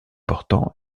portant